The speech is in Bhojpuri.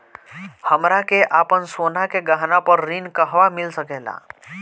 हमरा के आपन सोना के गहना पर ऋण कहवा मिल सकेला?